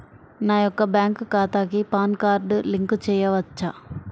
నా యొక్క బ్యాంక్ ఖాతాకి పాన్ కార్డ్ లింక్ చేయవచ్చా?